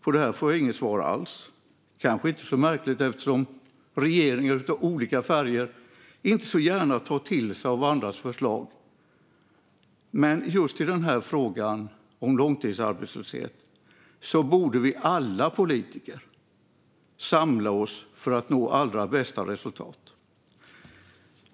På det får jag inget svar alls, vilket kanske inte är så märkligt eftersom regeringar av olika färger inte så gärna tar till sig av andras förslag. Men just i frågan om långtidsarbetslöshet borde alla vi politiker samla oss för att nå allra bästa resultat.